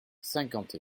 cinquante